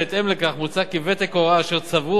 בהתאם לכך מוצע כי ותק ההוראה אשר צברו